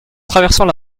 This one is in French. traversant